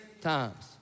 times